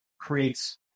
creates